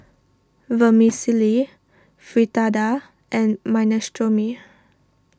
Vermicelli Fritada and Minestrone